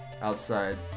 outside